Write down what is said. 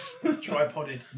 tripoded